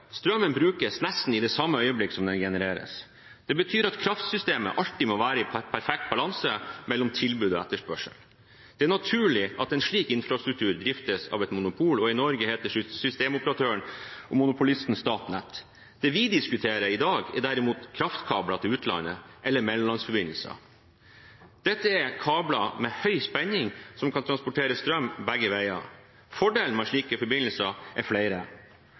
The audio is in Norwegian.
Strømmen brukes nesten i det samme øyeblikket som den genereres. Det betyr at kraftsystemet alltid må være i perfekt balanse mellom tilbud og etterspørsel. Det er naturlig at en slik infrastruktur driftes av et monopol, og i Norge heter systemoperatøren og monopolisten Statnett. Det vi diskuterer i dag, er derimot kraftkabler til utlandet, eller mellomlandsforbindelser. Dette er kabler med høy spenning som kan transportere strøm begge veier. Fordelene med slike forbindelser er flere.